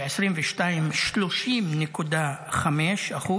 ב-2022, 30.5%,